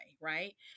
right